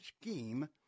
scheme